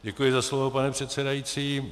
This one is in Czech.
Děkuji za slovo, pane předsedající.